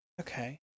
Okay